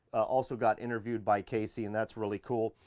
also got interviewed by kasey and that's really cool.